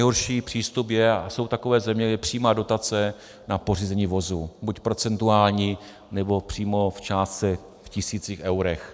Nejhorší přístup je a jsou takové země přímá dotace na pořízení vozu, buď procentuální, nebo přímo v částce, v tisících eurech.